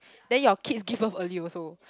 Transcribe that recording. then your kids give birth early also